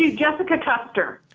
yeah jessica custer.